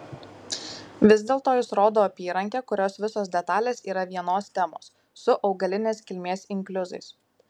vis dėlto jis rodo apyrankę kurios visos detalės yra vienos temos su augalinės kilmės inkliuzais